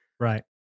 Right